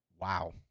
Wow